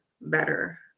better